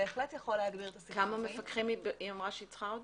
כמה מפקחים היא אמרה שהיא צריכה?